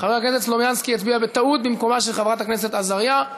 חבר הכנסת סלומינסקי הצביע בטעות במקומה של חברת הכנסת עזריה,